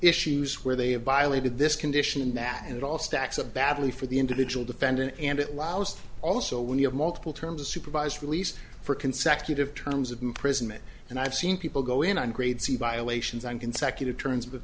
issues where they have violated this condition that it all stacks up badly for the individual defendant and it allows also when you have multiple terms of supervised release for consecutive terms of imprisonment and i've seen people go in and grade c violations on consecutive terms with